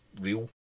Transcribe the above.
real